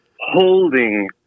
holding